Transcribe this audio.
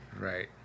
Right